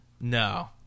No